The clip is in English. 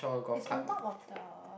is on top of the